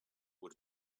would